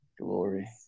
Glory